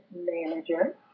manager